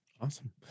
awesome